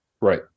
Right